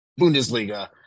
Bundesliga